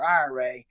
IRA